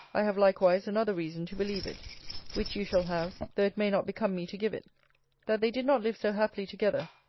i have likewise another reason to believe it which you shall have, though it may not become me to give it that they did not live so happily together,